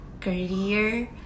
career